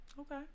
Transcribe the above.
Okay